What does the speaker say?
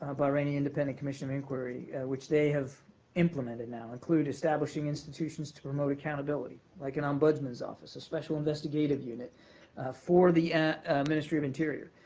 bahraini independent commission of inquiry which they have implemented now include establishing institutions to promote accountability, like an ombudsman's office, a special investigative unit for the ministry of interior,